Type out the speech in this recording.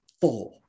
four